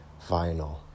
vinyl